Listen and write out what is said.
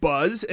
Buzz